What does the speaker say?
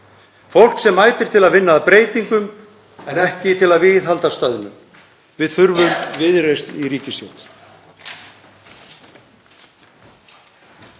fólk sem mætir til að vinna að breytingum en ekki til að viðhalda stöðnun Við þurfum Viðreisn í ríkisstjórn.